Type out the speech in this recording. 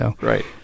Right